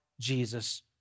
Jesus